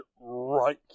Right